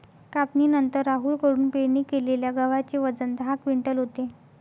कापणीनंतर राहुल कडून पेरणी केलेल्या गव्हाचे वजन दहा क्विंटल होते